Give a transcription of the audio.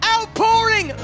outpouring